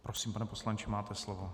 Prosím, pane poslanče, máte slovo.